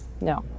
No